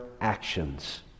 actions